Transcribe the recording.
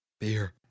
Beer